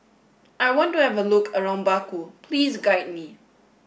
I want to have a look around Baku please guide me